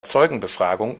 zeugenbefragung